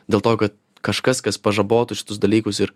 dėl to kad kažkas kas pažabotų šitus dalykus ir